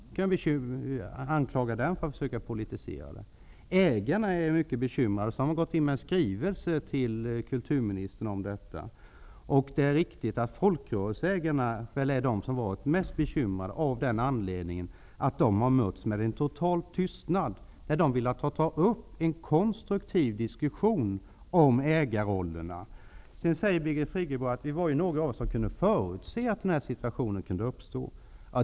Då kanske vi kan anklaga den för att försöka politisera frågan. Ägarna är mycket bekymrade och har t.o.m. kommit med en skrivelse till kulturministern. Det är riktigt att folkrörelseägarna har varit de som varit mest bekymrade av den anledningen att de har mötts med total tystnad när de har velat ta upp en konstruktiv diskussion om ägarrollerna. Birgit Friggebo säger att det var några som kunde förutse att denna situation skulle uppstå.